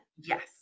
Yes